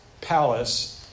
palace